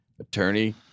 Attorney